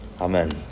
Amen